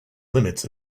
limits